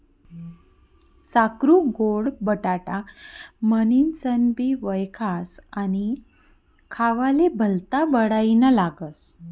साकरु गोड बटाटा म्हनीनसनबी वयखास आणि खावाले भल्ता बडाईना लागस